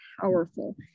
powerful